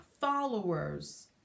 followers